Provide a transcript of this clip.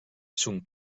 son